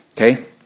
okay